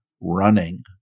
running